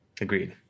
Agreed